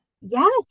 Yes